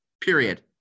period